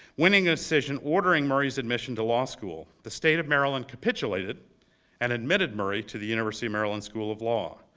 winning a decision, ordering murray's admission to law school. the state of maryland capitulated and admitted murray to the university of maryland school of law.